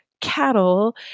cattle